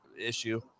issue